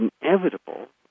inevitable